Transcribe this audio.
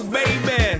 baby